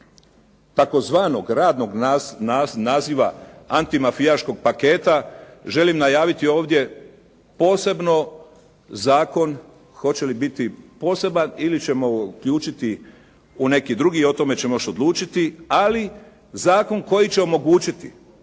tzv. radnog naziva antimafijaškog paketa, želim najaviti ovdje posebno zakon, hoće li biti poseban ili ćemo ga uključiti u neki drugi, o tome ćemo još odlučiti. Ali, zakon koji će omogućiti